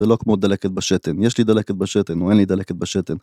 זה לא כמו דלקת בשתן. יש לי דלקת בשתן או אין לי דלקת בשתן.